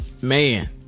man